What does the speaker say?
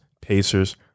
Pacers